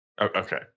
okay